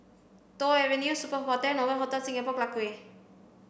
Toh Avenue Superb Hostel and Novotel Singapore Clarke Quay